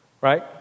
Right